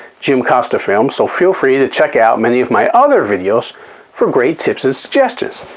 jim costa films, so feel free to check out many of my other videos for great tips and suggestions.